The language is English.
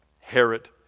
Herod